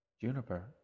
Juniper